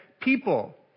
people